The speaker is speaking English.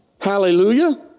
Hallelujah